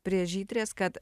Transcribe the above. prie žydrės kad